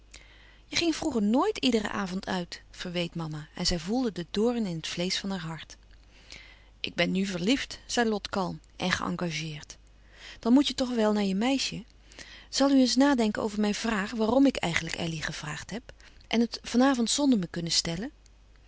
je ging vroeger nooit iederen avond uit verweet mama en zij voelde de doorn in het vleesch van haar hart ik ben nu verliefd zei lot kalm en geëngageerd dan moet je toch wel naar je meisje zal u eens nadenken over mijn vraag waarom ik eigenlijk elly gevraagd heb en het van avond zonder me kunnen stellen